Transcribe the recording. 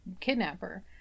kidnapper